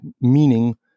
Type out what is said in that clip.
meaning